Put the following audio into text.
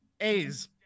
a's